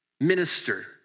minister